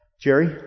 Jerry